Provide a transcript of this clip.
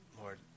Lord